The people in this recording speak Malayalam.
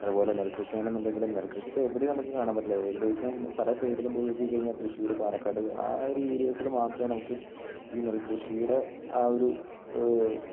അതുപോലെ നെൽകൃഷി ആണെന്ന് ഉണ്ടെങ്കിൽ നെൽകൃഷി ഇപ്പം എവിടേയും നമുക്ക് കാണാൻ പറ്റില്ല ഏകദേശം പല സൈഡിലും പോയി നോക്കിക്കഴിഞ്ഞാൽ തൃശൂർ പാലക്കാട് ആ ഒരു ഏരിയാസിൽ മാത്രമേ നമുക്ക് ഈ നെൽകൃഷിയുടെ ആ ഒരു